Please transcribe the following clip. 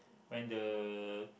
when the